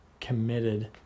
committed